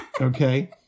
Okay